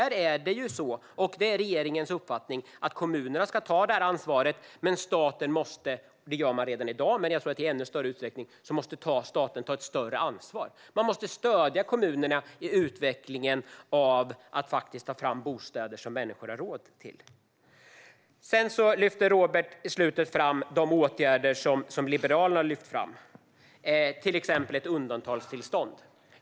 Det är regeringens uppfattning att kommunerna ska ta det ansvaret men att staten måste ta ett större ansvar. Det gör den redan i dag, men det måste den göra i ännu större utsträckning. Den måste stödja kommunerna i utvecklingen med att ta fram bostäder som människor har råd med. Sedan tar Robert Hannah i slutet upp de åtgärder som Liberalerna lyft fram, till exempel ett undantagstillstånd.